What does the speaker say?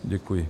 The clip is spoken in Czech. Děkuji.